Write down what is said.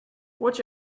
watch